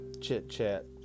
chit-chat